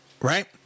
right